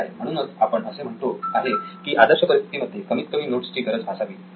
ठीक आहे म्हणूनच आपण असे म्हणतो आहे की आदर्श परिस्थितीमध्ये कमीत कमी नोट्सची गरज भासावी